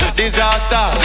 disaster